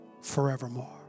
forevermore